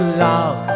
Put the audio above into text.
love